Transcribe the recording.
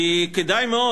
כי כדאי מאוד,